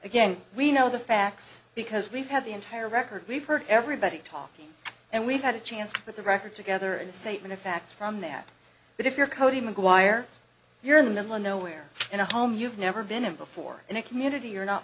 again we know the facts because we've had the entire record we've heard everybody talking and we've had a chance to put the record together and say in a fax from that but if you're cody mcguire you're in the nowhere in a home you've never been in before in a community you're not